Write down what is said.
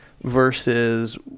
versus